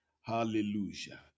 Hallelujah